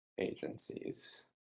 agencies